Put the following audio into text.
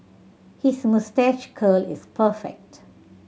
his moustache curl is perfect